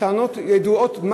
הטענות ידועות,